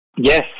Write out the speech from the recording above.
Yes